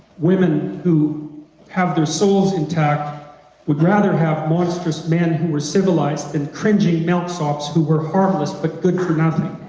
women who have their souls intact would rather have monstrous men who are civilized than and cringing meltsofts who are harmless but good for nothing.